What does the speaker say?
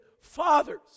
fathers